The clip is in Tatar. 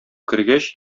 кергәч